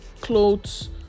clothes